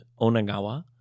Onagawa